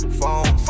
Phone